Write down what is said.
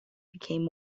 became